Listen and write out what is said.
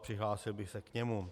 Přihlásil bych se k němu.